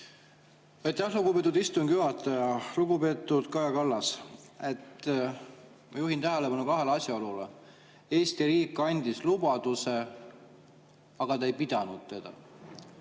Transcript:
Aitäh, lugupeetud istungi juhataja! Lugupeetud Kaja Kallas! Ma juhin tähelepanu kahele asjaolule. Eesti riik andis lubaduse, aga ta ei pidanud seda.